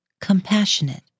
compassionate